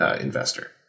investor